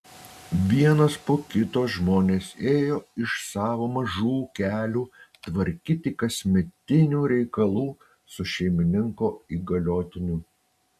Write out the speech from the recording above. vienas po kito žmonės ėjo iš savo mažų ūkelių tvarkyti kasmetinių reikalų su šeimininko įgaliotiniu